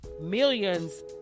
millions